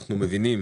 אנחנו מבינים